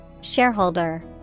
Shareholder